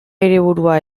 hiriburua